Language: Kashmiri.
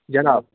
جناب